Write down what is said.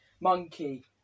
Monkey